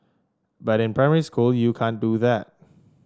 but in primary school you can't do that